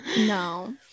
No